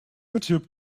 youtube